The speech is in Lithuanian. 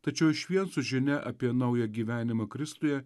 tačiau išvien su žinia apie naują gyvenimą kristuje